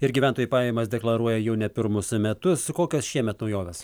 ir gyventojai pajamas deklaruoja jau ne pirmus metus kokios šiemet naujovės